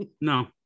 No